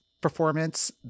performance